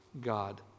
god